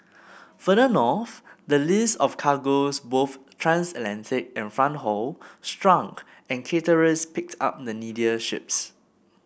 further north the list of cargoes both transatlantic and front haul shrunk and charterers picked up the needier ships